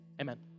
Amen